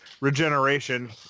regeneration